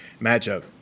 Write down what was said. matchup